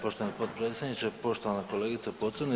Poštovani potpredsjedniče, poštovana kolegice Pocrnić.